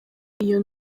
iyo